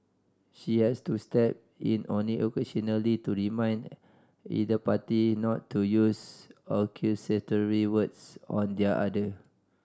she has to step in only occasionally to remind either party not to use accusatory words on the other